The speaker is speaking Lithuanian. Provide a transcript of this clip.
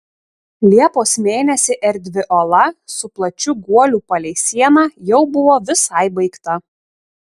liepos mėnesį erdvi ola su plačiu guoliu palei sieną jau buvo visai baigta